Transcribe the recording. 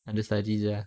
under studies ah